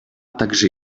также